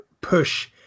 push